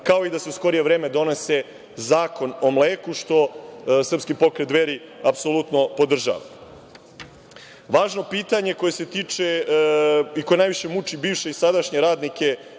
kao i da se u skorije vreme donese zakon o mleku, što Srpski pokret Dveri apsolutno podržava. Važno pitanje koje se tiče i koje najviše muči bivše i sadašnje radnike